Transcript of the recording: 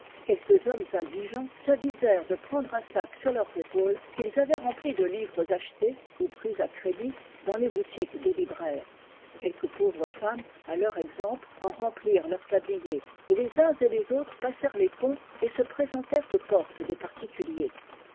quelques hommes indigents s'avisèrent de prendre un sac sur leurs épaules qu'ils avaient rempli de livres achetés ou pris à crédit dans les boutiques des libraires quelques pauvres femmes à leur exemple en remplirent leurs tabliers et les uns et les autres passèrent les ponts et se présentèrent aux portes des particuliers